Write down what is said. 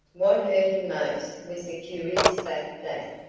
what hurt him most was the curious fact that,